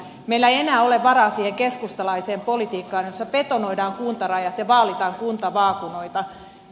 meillä ei enää ole varaa siihen keskustalaiseen politiikkaan jossa betonoidaan kuntarajat ja vaalitaan kuntavaakunoita